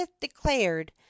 declared